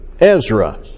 Ezra